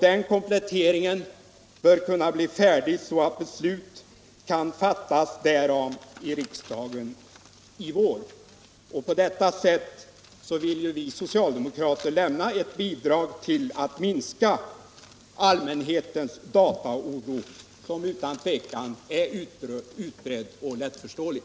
Den kompletteringen bör kunna bli färdig så att beslut kan fattas därom i riksdagen i vår. På detta sätt vill vi socialdemokrater bidra till att minska allmänhetens dataoro, som utan tvivel är utbredd och mycket förståelig.